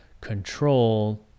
control